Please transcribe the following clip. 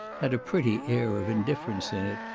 had a pretty air of indifference in it,